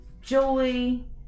Julie